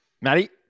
Matty